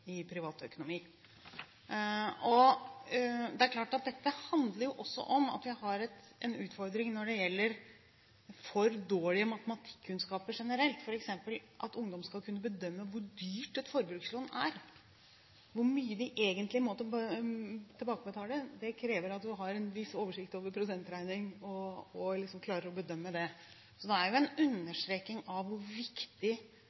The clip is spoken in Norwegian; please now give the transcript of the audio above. Det er klart at dette handler også om at vi har en utfordring når det gjelder for dårlige matematikkunnskaper generelt, f.eks. at ungdom skal kunne bedømme hvor dyrt et forbrukslån er, hvor mye de egentlig må tilbakebetale. Det kreves en viss oversikt over prosentregning for å klare å bedømme det. Så det er jo en